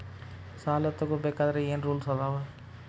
ಸಾಲ ತಗೋ ಬೇಕಾದ್ರೆ ಏನ್ ರೂಲ್ಸ್ ಅದಾವ?